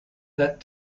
that